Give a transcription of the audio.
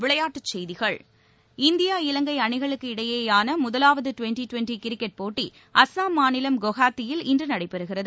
விளையாட்டுச் செய்திகள் இந்தியா இலங்கை அணிகளுக்கு இடையேயான முதலாவது ட்வெண்ட்டி ட்வெண்ட்டி கிரிக்கெட் போட்டி அஸ்ஸாம் மாநிலம் குவஹாத்தியில் இன்று நடைபெறுகிறது